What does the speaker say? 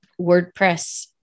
WordPress